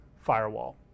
firewall